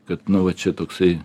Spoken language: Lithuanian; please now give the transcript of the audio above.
kad nu vat čia toksai